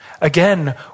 Again